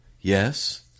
Yes